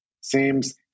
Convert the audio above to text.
seems